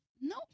No